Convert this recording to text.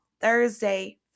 Thursday